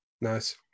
Nice